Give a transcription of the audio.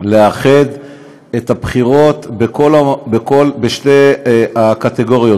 לאחד את הבחירות בשתי הקטגוריות,